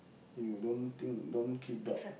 you don't think don't keep dog